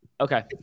Okay